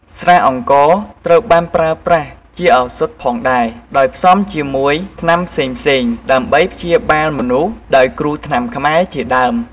ស្រាអង្ករត្រូវបានប្រើប្រាស់ជាឪសថផងដែរដោយផ្សំជាមួយថ្នាំផ្សេងៗដើម្បីព្យាបាលមនុស្ស ដោយគ្រូថ្នាំខ្មែរជាដើម។